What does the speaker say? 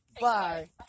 Bye